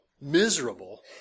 miserable